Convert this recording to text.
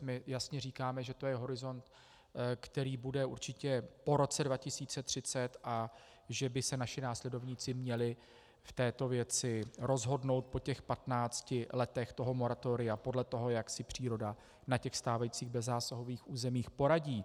My jasně říkáme, že to je horizont, který bude určitě po roce 2030, a že by se naši následovníci měli v této věci rozhodnout po těch patnácti letech toho moratoria podle toho, jak si příroda na stávajících bezzásahových územích poradí.